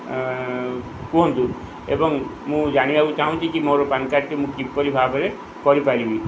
କୁହନ୍ତୁ ଏବଂ ମୁଁ ଜାଣିବାକୁ ଚାହୁଁଛି କି ମୋର ପାନ୍ କାର୍ଡ଼୍ଟି ମୁଁ କିପରି ଭାବରେ କରିପାରିବି